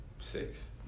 six